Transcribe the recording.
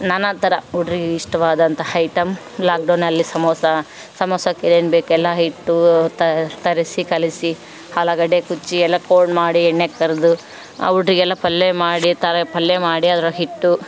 ನಾನಾ ಥರ ಹುಡ್ರಿಗೆ ಇಷ್ಟವಾದಂತಹ ಐಟಮ್ ಲಾಕ್ ಡೌನಲ್ಲಿ ಸಮೋಸ ಸಮೋಸಕ್ಕೆ ಏನೇನು ಬೇಕು ಎಲ್ಲ ಹಿಟ್ಟು ತರಿಸಿ ಕಲಿಸಿ ಆಲೂಗಡ್ಡೆ ಕುಚ್ಚಿ ಎಲ್ಲ ಕೋಲ್ಡ್ ಮಾಡಿ ಎಣ್ಣೆಗೆ ಕರಿದು ಆ ಹುಡ್ರಿಗೆಲ್ಲ ಪಲ್ಯ ಮಾಡಿ ತರೈಯ ಪಲ್ಯ ಮಾಡಿ ಅದ್ರೊಳಗೆ ಹಿಟ್ಟು